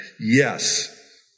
Yes